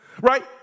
Right